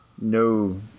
No